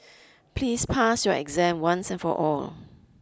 please pass your exam once and for all